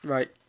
Right